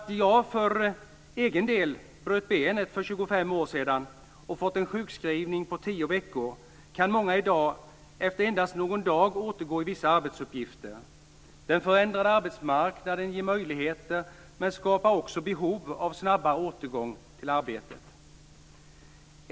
För egen del bröt jag benet för 25 år sedan och blev sjukskriven i tio veckor. I dag kan många efter endast någon dag återgå till vissa arbetsuppgifter. Den förändrade arbetsmarknaden ger möjligheter, men den skapar också behov av snabbare återgång till arbete.